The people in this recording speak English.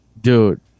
dude